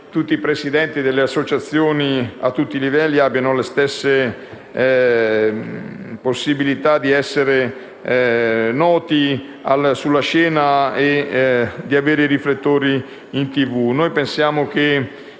tutti i presidenti delle associazioni sportive, a tutti i livelli, abbiano le stesse possibilità di essere noti sulla scena e di avere i riflettori dei *media*